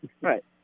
Right